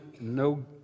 no